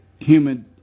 humid